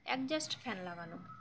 exhaust fan লাগানো